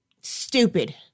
Stupid